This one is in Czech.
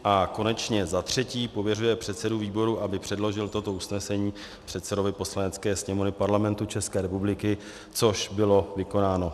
A konečně za třetí pověřuje předsedu výboru, aby předložil toto usnesení předsedovi Poslanecké sněmovny Parlamentu České republiky, což bylo vykonáno.